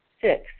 Six